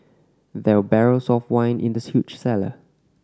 there were barrels of wine in this huge cellar